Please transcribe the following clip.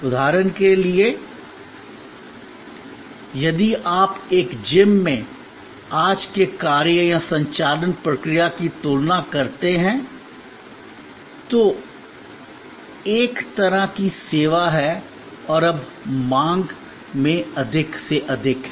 उदाहरण के लिए यदि आप एक जिम में आज के कार्य या संचालन प्रक्रिया की तुलना करते हैं जो एक तरह की सेवा है और अब मांग में अधिक से अधिक है